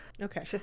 okay